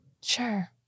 Sure